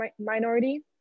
minority